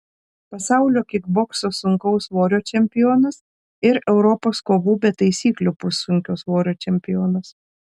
pasaulio kikbokso sunkaus svorio čempionas ir europos kovų be taisyklių pussunkio svorio čempionas